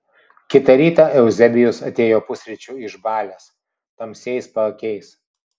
kitą rytą euzebijus atėjo pusryčių išbalęs tamsiais paakiais